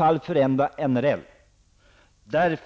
skulle förändra NRL.